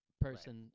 person